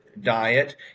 diet